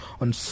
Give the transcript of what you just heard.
on